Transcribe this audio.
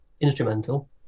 Instrumental